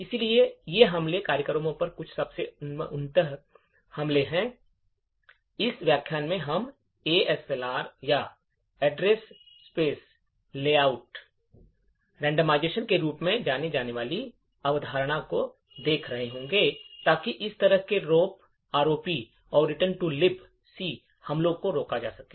इसलिए ये हमले कार्यक्रमों पर कुछ सबसे उन्नत हमले हैं इस व्याख्यान में हम ASLR या एड्रेस स्पेस लेआउट रैंडमाइजेशन के रूप में जानी जाने वाली अवधारणा को देख रहे होंगे ताकि इस तरह के रोप और रिटर्न टू लिबास हमलों को रोका जा सके